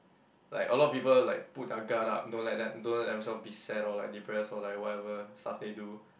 like a lot of people like put their gut up don't like that don't let themselves be sad or like be depressed or like whatever stuff they do